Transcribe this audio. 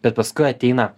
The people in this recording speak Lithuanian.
bet paskui ateina